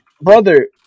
brother